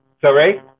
Sorry